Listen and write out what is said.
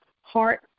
heart